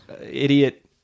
idiot